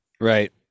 right